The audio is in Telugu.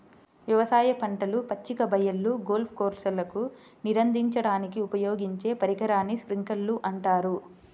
వ్యవసాయ పంటలు, పచ్చిక బయళ్ళు, గోల్ఫ్ కోర్స్లకు నీరందించడానికి ఉపయోగించే పరికరాన్ని స్ప్రింక్లర్ అంటారు